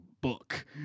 book